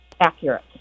accurate